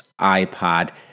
iPod